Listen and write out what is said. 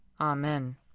Amen